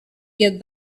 get